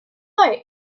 like